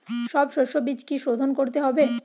সব শষ্যবীজ কি সোধন করতে হবে?